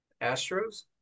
Astros